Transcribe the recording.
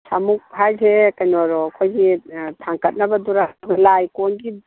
ꯁꯥꯃꯨꯛ ꯍꯥꯏꯖꯦ ꯀꯩꯅꯣꯔꯣ ꯑꯩꯈꯣꯏꯒꯤ ꯊꯥꯡꯀꯠꯅꯕꯗꯨꯔꯥ ꯂꯥꯏ ꯀꯣꯟꯒꯤ